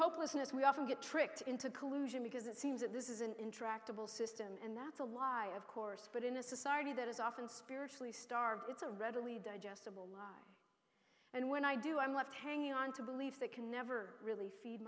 hopelessness we often get tricked into collusion because it seems that this is an intractable system and that's a lie of course but in a society that is often spiritually starved it's a readily digestible and when i do i'm left hanging on to believe that can never really